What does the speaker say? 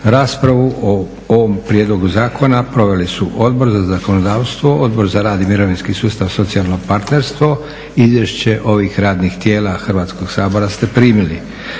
Raspravu o ovom prijedlogu zakona proveli su Odbor za zakonodavstvo, Odbor za rad i mirovinski sustav, socijalno partnerstvo. Izvješće ovih radnih tijela Hrvatskog sabora ste primili.